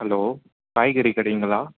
hello காய்கறி கடைங்களா